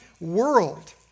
world